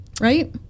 right